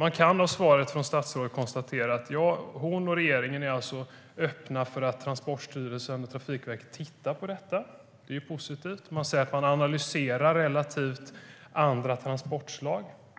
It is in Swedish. Av statsrådets svar kan man konstatera att hon och regeringen är öppna för att Transportstyrelsen och Trafikverket tittar på detta. Det är positivt. Man säger att man analyserar andra transportslag.